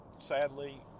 sadly